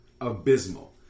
abysmal